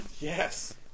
Yes